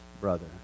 brother